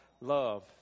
love